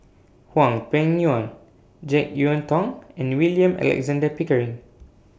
Hwang Peng Yuan Jek Yeun Thong and William Alexander Pickering